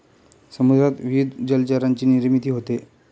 समुद्रात विविध जलचरांची निर्मिती होते